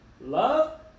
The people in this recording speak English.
love